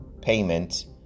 payment